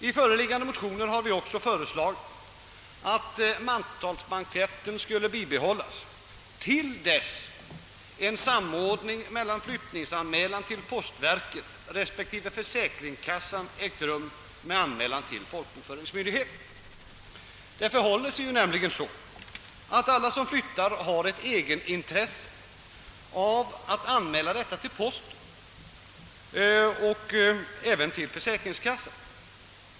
I motionerna har vi också föreslagit att mantalsblanketten skall bibehållas till dess en samordning mellan flyttningsanmälan till postverket respektive försäkringskassan och anmälan till folkbokföringsmyndigheten ägt rum. Alla som flyttar har ju ett eget intresse av att göra anmälan till posten liksom även till försäkringskassan.